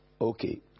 Okay